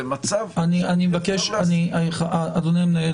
זה מצב --- אדוני המנהל,